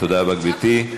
תודה רבה, גברתי.